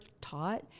taught